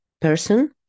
person